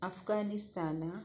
Afghanistan